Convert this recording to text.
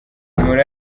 muri